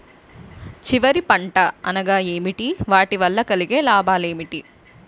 చివరి పంట అనగా ఏంటి వాటి వల్ల కలిగే లాభాలు ఏంటి